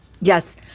Yes